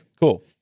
cool